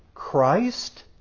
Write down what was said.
Christ